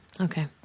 Okay